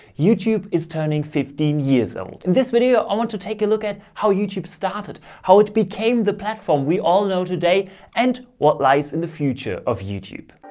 youtube is turning fifteen years old, this video. i want to take a look at how youtube started, how it became the platform we all know today and what lies in the future of youtube.